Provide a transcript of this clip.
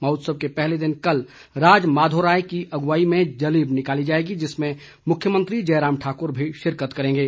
महोत्सव के पहले दिन कल राज माधोराय की अगुवाई में जलेब निकाली जाएगी जिसमें मुख्यमंत्री जयराम ठाकुर भी शिरकत करेंगे